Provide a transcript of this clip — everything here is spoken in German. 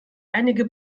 einige